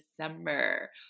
December